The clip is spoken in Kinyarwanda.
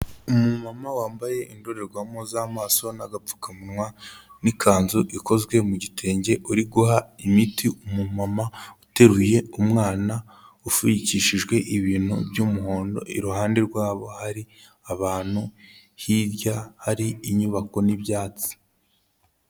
Umumama wambaye indorerwamo z'amaso n'agapfukamunwa n'ikanzu ikozwe mu gitenge, uri guha imiti umumama uteruye umwana, upfunyikishijwe ibintu by'umuhondo, iruhande rwabo hari abantu, hirya hari inyubako n'ibyatsi.